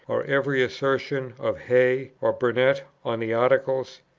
or every assertion of hey or burnett on the articles?